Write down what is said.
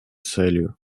целью